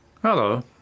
Hello